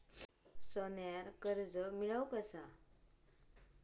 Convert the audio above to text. सोन्यावर कर्ज मिळवू कसा?